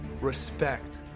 respect